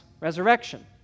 resurrection